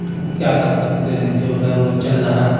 اب کیا کر سکتے ہیں جو ہے وہ چل رہا ہے